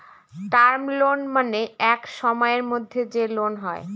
term loan মানে এক সময়ের মধ্যে যে লোন হয়